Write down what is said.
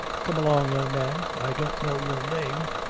come along, young man. i don't know your name.